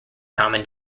common